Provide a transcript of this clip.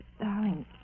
Darling